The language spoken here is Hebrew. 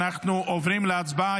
אנחנו עוברים להצבעה.